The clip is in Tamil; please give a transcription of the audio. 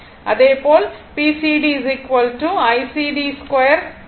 அதே போல் pcd ICd 2 Rcd